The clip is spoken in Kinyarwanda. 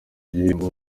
igihembo